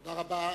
תודה רבה.